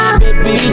baby